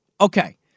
Okay